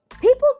people